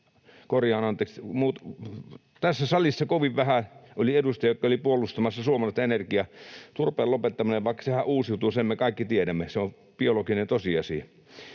Tässä salissa kovin vähän oli edustajia, jotka olivat puolustamassa suomalaista energiaa. Turpeen lopettaminen — vaikka sehän uusiutuu, sen me kaikki tiedämme, se on biologinen tosiasia